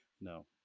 No